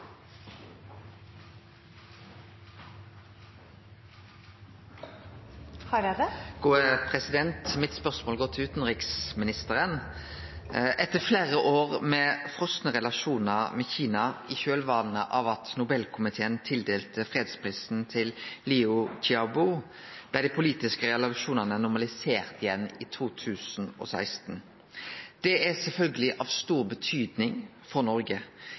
Mitt spørsmål går til utanriksministeren. Etter fleire år med frosne relasjonar med Kina i kjølvatnet av at Nobelkomiteen tildelte Liu Xiaobo fredsprisen, blei dei politiske relasjonane normaliserte igjen i 2016. Det er sjølvsagt av stor betydning for